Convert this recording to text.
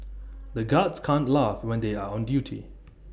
the guards can't laugh when they are on duty